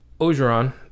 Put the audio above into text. Ogeron